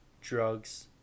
drugs